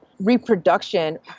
reproduction